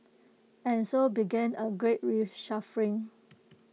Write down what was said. and so began A great reshuffling